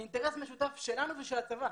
זה אינטרס משותף שלנו ושל הצבא.